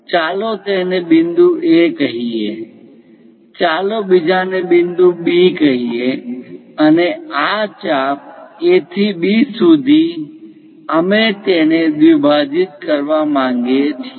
ચાલો તેને બિંદુ A કહીએ ચાલો બીજાને બિંદુ B કહીએ અને આ ચાપ A થી B સુધી અમે તેને દ્વિભાજીત કરવા માંગીએ છીએ